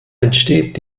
entsteht